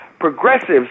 progressives